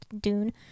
Dune